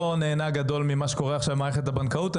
הנהנה הגדול ממה שקורה עכשיו במערכת הבנקאות.